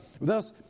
Thus